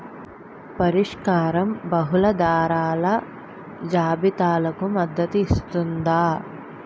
పరిష్కారం బహుళ ధరల జాబితాలకు మద్దతు ఇస్తుందా?